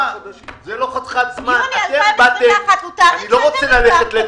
יוני 2021 זה תאריך שלכם.